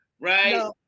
right